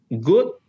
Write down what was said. good